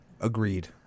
Agreed